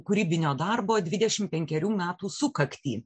kūrybinio darbo dvidešimt penkerių metų sukaktį